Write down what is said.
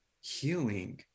healing